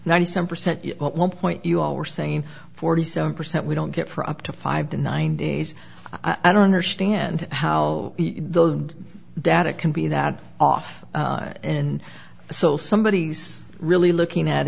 ninety some percent one point you all were saying forty seven percent we don't get for up to five to nine days i don't understand how the data can be that off and so somebody is really looking at